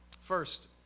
First